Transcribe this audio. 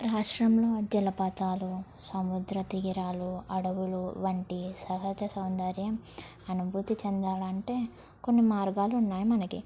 రాష్ట్రంలో జలపాతాలు సముద్రతీరాలు అడవులు వంటి సహజ సౌందర్యం అనుభూతి చెందాలంటే కొన్ని మార్గాలు ఉన్నాయి మనకి